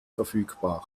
verfügbar